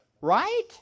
Right